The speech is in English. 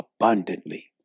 abundantly